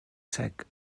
sec